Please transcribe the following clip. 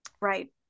Right